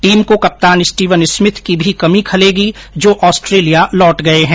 team को कप्तान Steven Smith की भी कमी खलेगी जो ऑस्ट्रेलिया लौट गये है